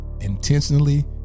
intentionally